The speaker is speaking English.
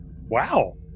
Wow